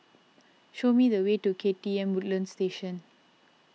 show me the way to K T M Woodlands Station